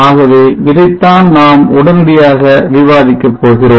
ஆகவே இதைத்தான் நாம் உடனடியாக விவாதிக்கப் கொடுக்கிறோம்